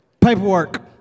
Paperwork